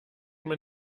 man